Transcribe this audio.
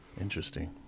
Interesting